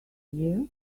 year